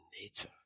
nature